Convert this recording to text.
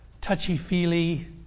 touchy-feely